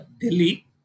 Delhi